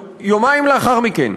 יומיים לאחר מכן,